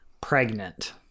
Pregnant